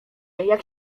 jak